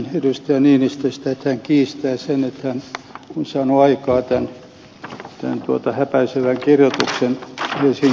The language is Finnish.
ville niinistöstä että hän kiistää sen että hän on saanut aikaan tämän häpäisevän kirjoituksen helsingin sanomissa